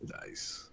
Nice